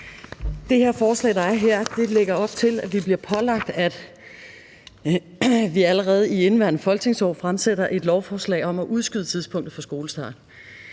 Det forslag, der er her, lægger op til, at vi bliver pålagt allerede i indeværende folketingsår at fremsætte et lovforslag om at udskyde tidspunktet for skolestart.